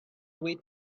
away